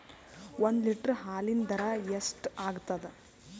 ಒಂದ್ ಲೀಟರ್ ಹಾಲಿನ ದರ ಎಷ್ಟ್ ಆಗತದ?